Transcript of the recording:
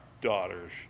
daughters